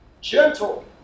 gentle